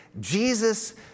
Jesus